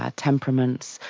ah temperaments,